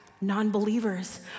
non-believers